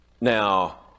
now